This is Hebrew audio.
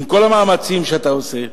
עם כל המאמצים שאתה עושה,